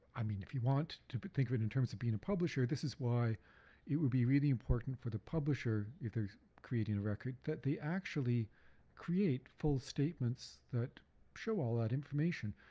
i mean, if you want to but think of it in terms of being a publisher this is why it would be really important for the publisher, if creating a record, that they actually create full statements that show all that information.